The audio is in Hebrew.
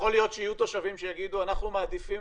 יכול להיות שיהיו תושבים שיגידו: אנחנו מעדיפים